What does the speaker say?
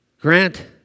Grant